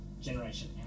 Generation